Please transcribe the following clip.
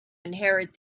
inherit